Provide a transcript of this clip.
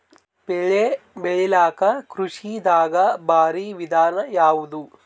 ಬೆಳೆ ಬೆಳಿಲಾಕ ಕೃಷಿ ದಾಗ ಭಾರಿ ವಿಧಾನ ಯಾವುದು?